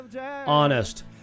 honest